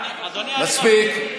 אדוני, מספיק.